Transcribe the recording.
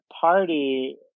party